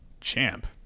Champ